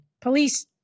police